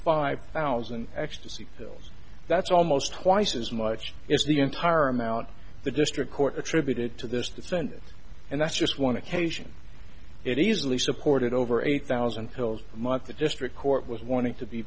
five thousand ecstasy pills that's almost twice as much as the entire amount the district court attributed to this defendant and that's just one occasion it easily supported over a thousand pills might the district court was wanting to be